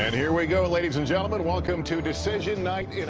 here we go. ladies and gentlemen, welcome to decision night. yeah